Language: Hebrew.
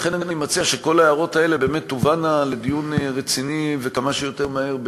לכן אני מציע שכל ההערות האלה באמת תובאנה לדיון רציני וכמה שיותר מהר,